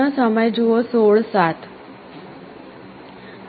આ ARM માં હતું